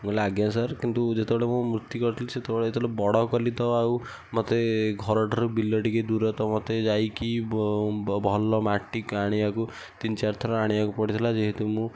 ମୁଁ କହିଲି ଆଜ୍ଞା ସାର୍ କିନ୍ତୁ ଯେତେବେଳେ ମୁଁ ମୂର୍ତ୍ତି ଗଢ଼ିଥିଲି ସେତେବେଳେ ତ ବଡ଼ କଲି ତ ଆଉ ମତେ ଘର ଠାରୁ ବିଲ ଟିକେ ଦୁର ତ ମତେ ଯାଇକି ଭଲ ମାଟି କି ଆଣିବାକୁ ତିନି ଚାରି ଥର ଆଣିବାକୁ ପଡ଼ିଥିଲା ଯେହେତୁ ମୁଁ